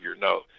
No